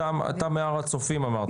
אתה מהר הצופים אמרת.